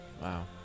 Wow